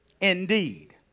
indeed